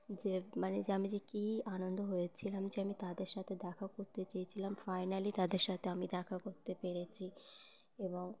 যে মানে যে আমি যে কী আনন্দ হয়েছিলাম যে আমি তাদের সাথে দেখা করতে চেয়েছিলাম ফাইনালি তাদের সাথে আমি দেখা করতে পেরেছি এবং